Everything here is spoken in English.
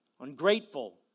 ungrateful